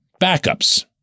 backups